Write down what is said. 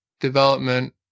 development